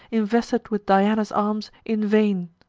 invested with diana's arms, in vain.